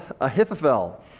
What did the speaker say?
ahithophel